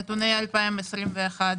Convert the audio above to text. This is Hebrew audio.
נתוני 2021: